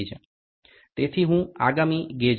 તેથી હું આગામી ગેજ માઈનસ 1